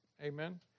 Amen